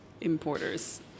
importers